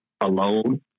alone